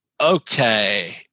okay